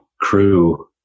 crew